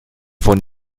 von